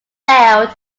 failed